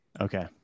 okay